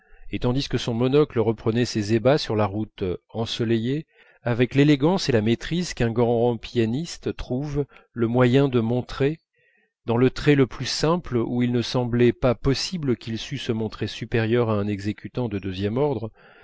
et tandis que son monocle reprenait ses ébats sur la route ensoleillée avec l'élégance et la maîtrise qu'un grand pianiste trouve le moyen de montrer dans le trait le plus simple où il ne semblait pas possible qu'il sût se montrer supérieur à un exécutant de deuxième ordre